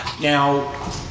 Now